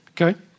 Okay